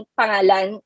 pangalan